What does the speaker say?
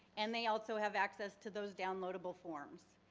and they also have access to those downloadable forms.